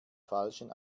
falschen